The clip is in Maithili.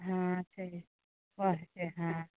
हँ छै तऽ होयतै हँ